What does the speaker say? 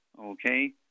Okay